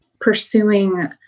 pursuing